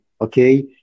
okay